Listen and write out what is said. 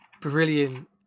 Brilliant